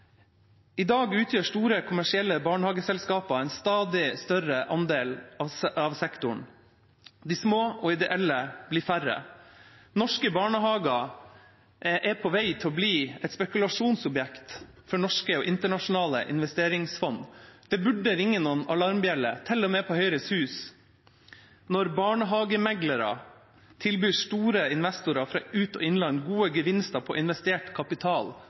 I dag utgjør store kommersielle barnehageselskaper en stadig større andel av sektoren. De små og ideelle blir færre. Norske barnehager er på vei til å bli et spekulasjonsobjekt for norske og internasjonale investeringsfond. Det burde ringe noen alarmbjeller, til og med i Høyres Hus, når barnehagemeklere tilbyr store investorer fra ut- og innland gode gevinster på investert kapital